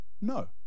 No